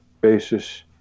basis